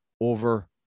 over